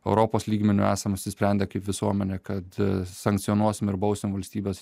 europos lygmeniu esae apsisprendę kaip visuomenė kad sankcionuosim ir bausim valstybes